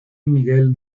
miguel